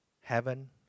Heaven